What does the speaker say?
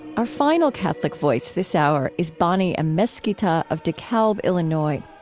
our final catholic voice this hour is bonnie amesquita of dekalb, illinois.